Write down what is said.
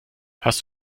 hast